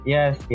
Yes